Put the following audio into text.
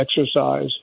exercise